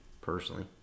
personally